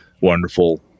Wonderful